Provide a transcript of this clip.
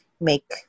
make